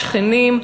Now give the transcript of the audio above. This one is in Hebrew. שכנים,